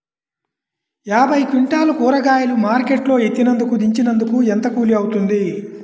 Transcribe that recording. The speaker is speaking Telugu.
యాభై క్వింటాలు కూరగాయలు మార్కెట్ లో ఎత్తినందుకు, దించినందుకు ఏంత కూలి అవుతుంది?